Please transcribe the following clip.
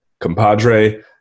compadre